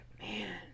man